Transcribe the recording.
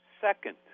Second